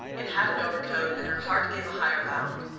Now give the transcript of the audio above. in hat and overcoat, and her heart gave a higher bound.